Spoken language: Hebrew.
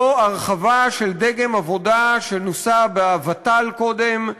זו הרחבה של דגם עבודה שנוסה בוות"ל קודם,